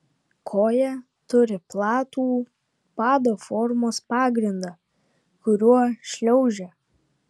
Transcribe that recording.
koja turi platų pado formos pagrindą kuriuo šliaužia